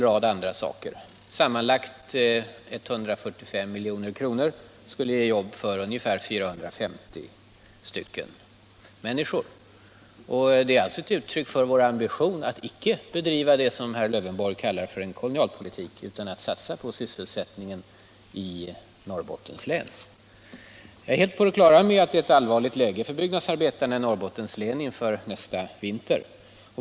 Kostnaden för förslagen uppgick till sammanlagt 145 milj.kr., och de beräknades ge jobb för ungefär 450 personer. Detta är ett uttryck för vår ambition att inte bedriva det som herr Lövenborg kallar en kolonialpolitik utan att i stället satsa på sysselsättningen i Norrbottens län. Jag är helt på det klara med att det är ett allvarligt läge för byggnadsarbetarna i Norrbottens län inför nästa vinter.